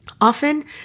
Often